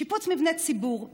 שיפוץ מבני ציבור,